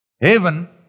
heaven